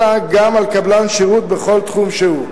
אלא גם על קבלן שירות בכל תחום שהוא.